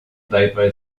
taipei